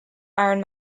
iron